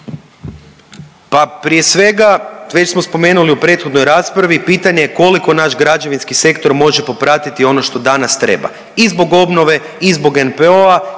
Pa prije svega već smo spomenuli u prethodnoj raspravi pitanje koliko naš građevinski sektor može popratiti ono što danas treba i zbog obnove i zbog NPO-a